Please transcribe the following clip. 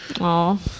Aw